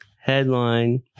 Headline